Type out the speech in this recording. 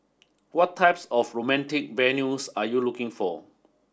what types of romantic venues are you looking for